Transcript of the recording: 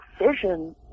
vision